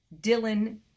Dylan